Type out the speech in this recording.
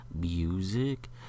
music